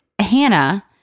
Hannah